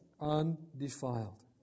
undefiled